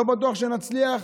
לא בטוח שנצליח,